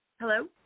Hello